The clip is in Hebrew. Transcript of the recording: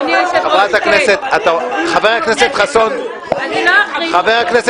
אדוני היושב-ראש --- חבר הכנסת חסון לא סיים,